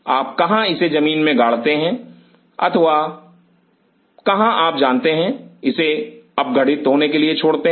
आप कहां इसे जमीन में गाड़ते हैं अथवा कहां आप जानते हैं इसे अपघटित होने के लिए छोड़ते हैं